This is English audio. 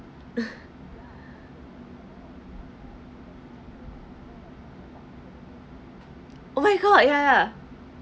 oh my god ya